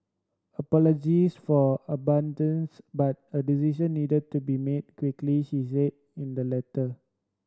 apologies for abruptness but a decision needed to be made quickly she said in the letter